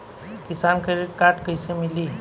किसान credit card कइसे मिली?